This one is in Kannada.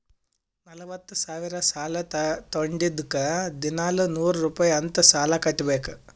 ನಲ್ವತ ಸಾವಿರ್ ಸಾಲಾ ತೊಂಡಿದ್ದುಕ್ ದಿನಾಲೂ ನೂರ್ ರುಪಾಯಿ ಅಂತ್ ಸಾಲಾ ಕಟ್ಬೇಕ್